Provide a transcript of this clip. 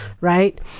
right